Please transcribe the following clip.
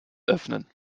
öffnen